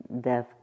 death